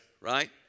right